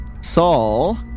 Saul